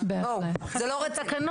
זה לא רציני.